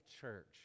church